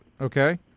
okay